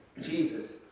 Jesus